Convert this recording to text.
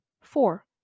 four